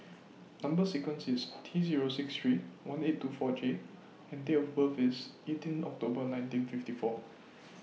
Number sequence IS T Zero six three one eight two four J and Date of birth IS eighteen October nineteen fifty four